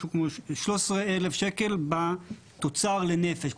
משהו כמו 13,000 שקל בתוצר לנפש.